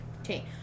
Okay